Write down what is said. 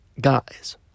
guys